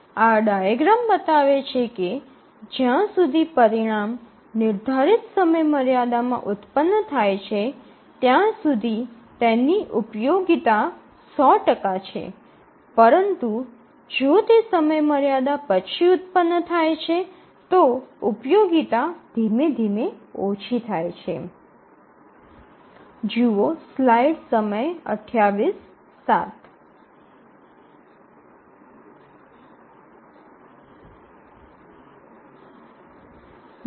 આ ડાયાગ્રામ બતાવે છે કે જ્યાં સુધી પરિણામ નિર્ધારિત સમયમર્યાદામાં ઉત્પન્ન થાય છે ત્યાં સુધી તેની ઉપયોગિતા ૧00 ટકા છે પરંતુ જો તે સમયમર્યાદા પછી ઉત્પન્ન થાય છે તો ઉપયોગિતા ધીમે ધીમે ઓછી થાય છે